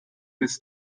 bis